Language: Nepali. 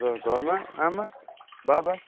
र घरमा आमा बाबा